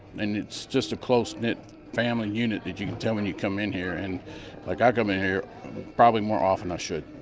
and it's just a close-knit family unit and you can tell when you come in here. and like i come in here probably more often than i should.